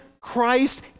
Christ